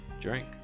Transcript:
Drink